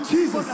Jesus